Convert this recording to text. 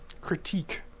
critique